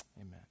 Amen